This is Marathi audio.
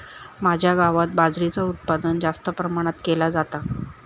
माझ्या गावात बाजरीचा उत्पादन जास्त प्रमाणात केला जाता